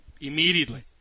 immediately